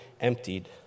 emptied